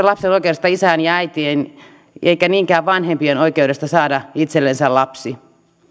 lapsen oikeus isään ja äitiin eikä niinkään vanhempien oikeus saada itsellensä lapsi